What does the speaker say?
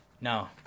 No